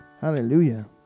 Hallelujah